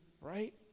right